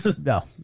No